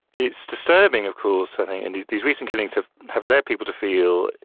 it's disturbing of course i think, and these these recent killings have have led people to feel,